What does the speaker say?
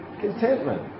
contentment